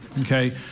Okay